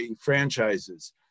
franchises